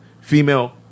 female